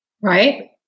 Right